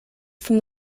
from